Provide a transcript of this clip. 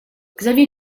xavier